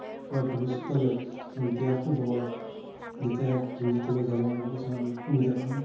কেতিয়াবা ভৱিষ্যতলৈ মই যেতিয়া শুভ যেতিয়া ভৱিষ্যতলৈ যাব মই কিছুমান সুবিধা পাম